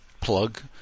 plug